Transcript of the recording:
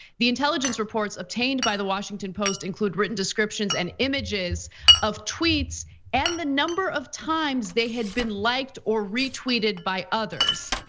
the intelligence reports obtained by the washington post include written descriptions and images of tweets and the number of times they had been liked or retweeted by others.